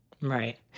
Right